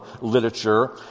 literature